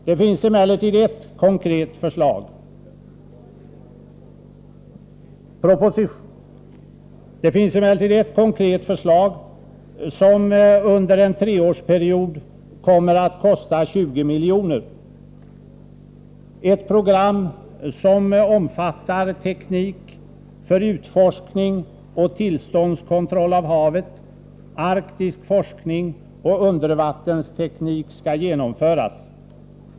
Det finns emellertid ett konkret förslag, som under en treårsperiod kommer att kosta 20 milj.kr. Ett program som omfattar teknik för utforskning och tillståndskontroll av havet, arktisk forskning och undervattensteknik skall genomföras.